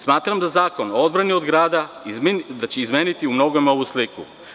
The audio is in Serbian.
Smatram da će Zakon o odbrani od grada izmeniti umnogome ovu sliku.